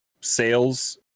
sales